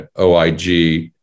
OIG